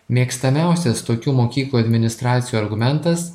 mėgstamiausias tokių mokyklų administracijų argumentas